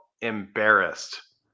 embarrassed